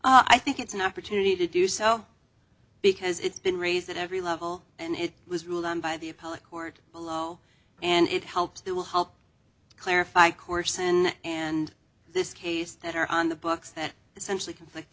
this i think it's an opportunity to do so because it's been raised at every level and it was ruled on by the appellate court below and it helps that will help clarify course and and this case that are on the books that essentially conflict